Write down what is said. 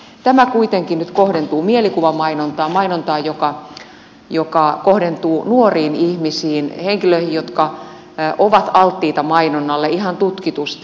tämä aloite kuitenkin nyt kohdentuu mielikuvamainontaan mainontaan joka kohdentuu nuoriin ihmisiin henkilöihin jotka ovat alttiita mainonnalle ihan tutkitusti